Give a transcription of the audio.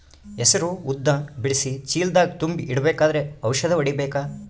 ಹೆಸರು ಉದ್ದ ಬಿಡಿಸಿ ಚೀಲ ದಾಗ್ ತುಂಬಿ ಇಡ್ಬೇಕಾದ್ರ ಔಷದ ಹೊಡಿಬೇಕ?